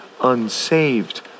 unsaved